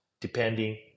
depending